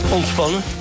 Ontspannen